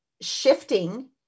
shifting